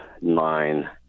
nine